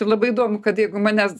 labai įdomu kad jeigu manęs